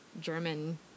German